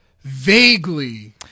Vaguely